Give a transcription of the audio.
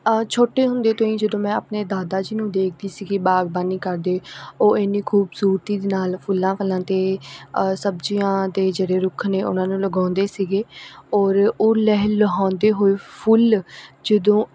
ਛੋਟੇ ਹੁੰਦੇ ਤੋਂ ਹੀ ਜਦੋਂ ਮੈਂ ਆਪਣੇ ਦਾਦਾ ਜੀ ਨੂੰ ਦੇਖਦੀ ਸੀਗੀ ਬਾਗਬਾਨੀ ਕਰਦੇ ਉਹ ਇੰਨੀ ਖੂਬਸੂਰਤੀ ਦੇ ਨਾਲ ਫੁੱਲਾਂ ਫਲਾਂ ਅਤੇ ਸਬਜ਼ੀਆਂ ਅਤੇ ਜਿਹੜੇ ਰੁੱਖ ਨੇ ਉਹਨਾਂ ਨੂੰ ਲਗਾਉਂਦੇ ਸੀਗੇ ਔਰ ਉਹ ਲਹਿ ਲਹਾਉਂਦੇ ਹੋਏ ਫੁੱਲ ਜਦੋਂ